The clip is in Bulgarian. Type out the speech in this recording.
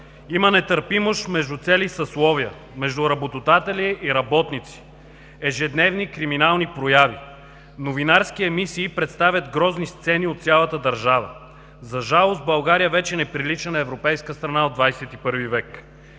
Има нетърпимост между цели съсловия, между работодатели и работници, ежедневни криминални прояви. Новинарски емисии представят грозни сцени от цялата държава. За жалост България вече не прилича на европейска страна от XXI век.